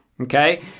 okay